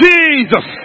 Jesus